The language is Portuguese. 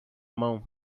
mão